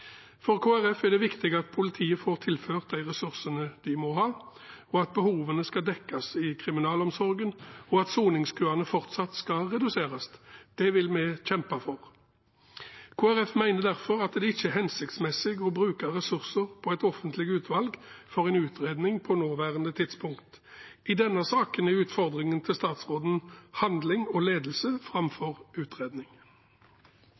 Kristelig Folkeparti er det viktig at politiet får tilført de ressursene de må ha, at behovene skal dekkes i kriminalomsorgen, og at soningskøene fortsatt skal reduseres. Det vil vi kjempe for. Kristelig Folkeparti mener derfor at det ikke er hensiktsmessig å bruke ressurser på et offentlig utvalg for en utredning på nåværende tidspunkt. I denne saken er utfordringen til statsråden handling og ledelse